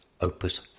Opus